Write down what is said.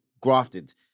grafted